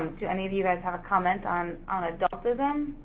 do any of you guys have a comment on on adultism?